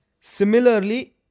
similarly